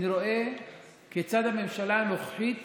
אני רואה כיצד הממשלה הנוכחית